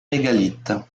mégalithes